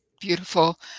beautiful